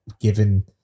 given